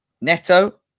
Neto